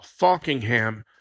Falkingham